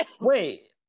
Wait